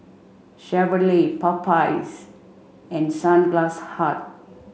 Chevrolet Popeyes and Sunglass Hut